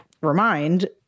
remind